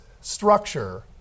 structure